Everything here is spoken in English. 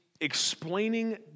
explaining